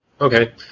Okay